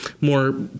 more